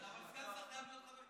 אבל סגן שר חייב להיות חבר כנסת.